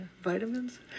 vitamins